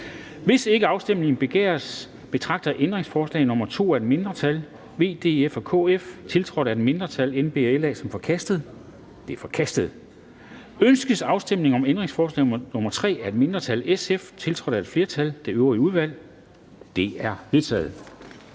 Hvis ikke afstemning begæres, betragter jeg ændringsforslag nr. 2 af et mindretal (V, DF og KF), tiltrådt af et mindretal (NB og LA), som forkastet. Det er forkastet. Ønskes afstemning om ændringsforslag nr. 3 af et mindretal (SF), tiltrådt af et flertal (det øvrige udvalg)? Det er vedtaget.